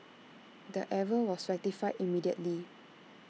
the error was rectified immediately